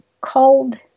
cold